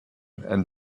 and